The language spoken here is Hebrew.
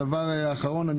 דבר אחרון,